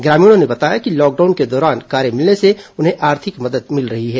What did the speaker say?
ग्रामीणों ने बताया कि लॉकडाउन के दौरान कार्य मिलने से उन्हें आर्थिक मदद मिल रही है